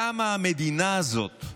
למה המדינה הזאת,